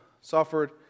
suffered